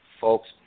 folks